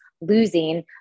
losing